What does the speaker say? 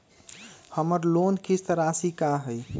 हमर लोन किस्त राशि का हई?